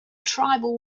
tribal